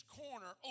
corner